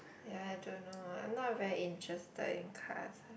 ya I don't know ah I'm not very interested in car